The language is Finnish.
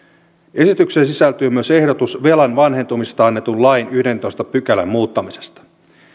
esitykseen sisältyy myös ehdotus velan vanhentumisesta annetun lain yhdennentoista pykälän muuttamisesta